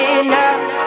enough